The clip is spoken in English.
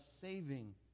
saving